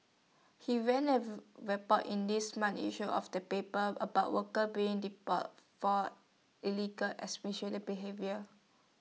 he ran A report in this month's issue of the paper about workers being deported for alleged behaviour